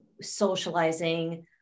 socializing